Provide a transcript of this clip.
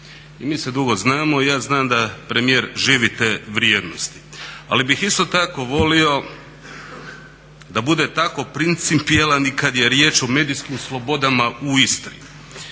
I mi se dugo znamo i ja znam da premijer živi te vrijednosti. Ali bih isto tako volio da bude tako principijelan i kad je riječ o medijskim slobodama u Istri